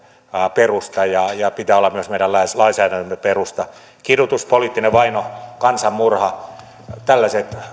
perusta ja niiden pitää olla myös meidän lainsäädäntömme perusta kidutus poliittinen vaino kansanmurha tällaiset